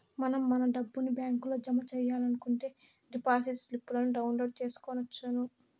మనం మన డబ్బుని బ్యాంకులో జమ సెయ్యాలనుకుంటే డిపాజిట్ స్లిప్పులను డౌన్లోడ్ చేసుకొనవచ్చును